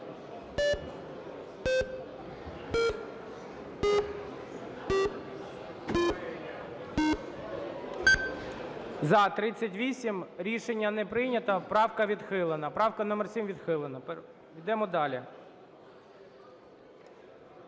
За-38 Рішення не прийнято. Правка відхилена, правка номер 7 відхилена. Йдемо далі.